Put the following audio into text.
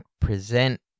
present